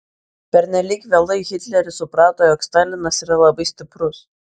pernelyg vėlai hitleris suprato jog stalinas yra labai stiprus